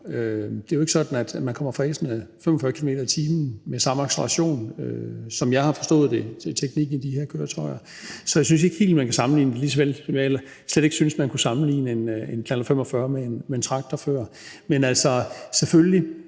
Det er jo ikke sådan, at man kommer fræsende med 45 km/t. med samme acceleration, som jeg har forstået teknikken er i de her køretøjer, så jeg synes ikke helt, man kan sammenligne det, lige så vel som jeg slet ikke synes, at man før kunne sammenligne en knallert 45 med en traktor. Men, selvfølgelig,